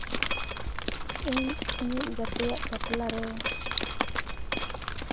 ᱤᱧ ᱤᱧᱤᱡ ᱜᱟᱛᱮᱭᱟᱜ ᱵᱟᱯᱞᱟ ᱨᱮ